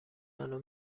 منو